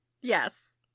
Yes